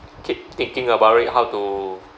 keep thinking about it how to